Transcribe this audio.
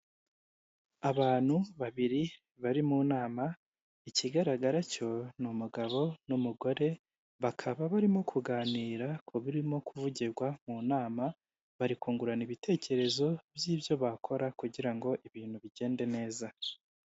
Abantu babiri bari mu nama ikigaragara cyo ni umugabo n'umugore bakaba barimo kuganira ku birimo kuvugirwa mu nama, bari kungurana ibitekerezo by'ibyo bakora kugira ngo ibintu bigende neza.